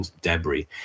debris